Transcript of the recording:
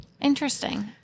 Interesting